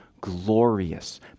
glorious